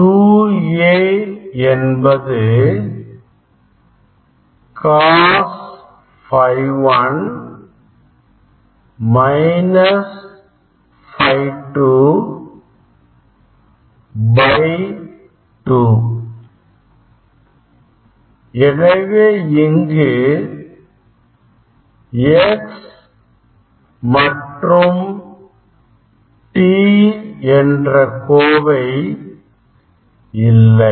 2A என்பது cos Φ 1 Φ 22 எனவே இங்கு x மற்றும் t என்ற கோவை இல்லை